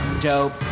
dope